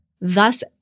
thus